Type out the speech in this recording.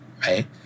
right